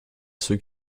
ceux